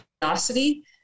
curiosity